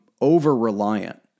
over-reliant